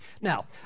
Now